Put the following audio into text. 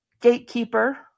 gatekeeper